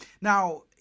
now